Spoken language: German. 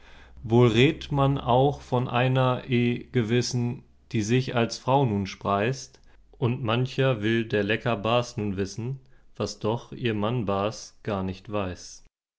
wo red't man auch von einer e gewissen die sich als frau nun spreißt und mancher will der lecker baß nun wissen was doch ihr mann baß gar nicht weißt